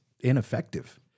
ineffective